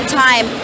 time